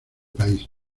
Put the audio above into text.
país